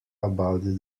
about